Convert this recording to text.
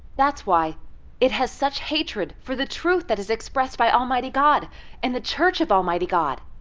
that's why it has such hatred for the truth that is expressed by almighty god and the church of almighty god.